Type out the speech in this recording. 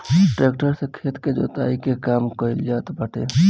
tractor से खेत के जोताई के काम कइल जात बाटे